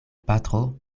patro